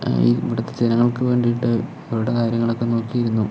ഈ ഇവിടുത്തെ ജനങ്ങൾക്ക് വേണ്ടിയിട്ട് അവരുടെ കാര്യങ്ങളൊക്കെ നോക്കിയിരുന്നു